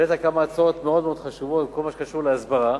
העלית כמה הצעות מאוד מאוד חשובות בכל מה שקשור להסברה.